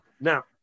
now